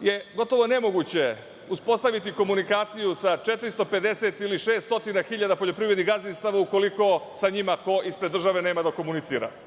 je gotovo nemoguće uspostaviti komunikaciju sa 450 ili 600 hiljada poljoprivrednih gazdinstava ukoliko sa njima ko ispred države nema da komunicira.